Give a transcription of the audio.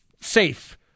safe